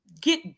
get